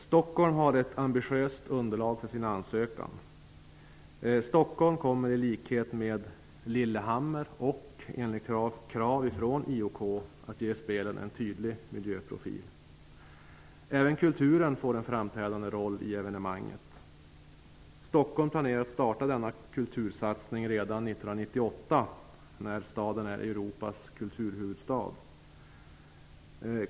Stockholm har ett ambitiöst underlag för sin ansökan. Stockholm kommer att i likhet med Lillehammer och enligt krav från IOK att ge spelen en tydlig miljöprofil. Även kulturen får en framträdande roll i evenemanget. Stockholm planerar att starta denna kultursatsning redan år 1998 när staden är Europas kulturhuvudstad.